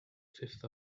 fifth